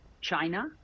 China